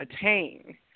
attain